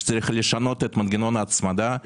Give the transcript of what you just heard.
שצריך לשנות את מנגנון ההצמדה,